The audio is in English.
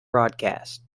broadcasts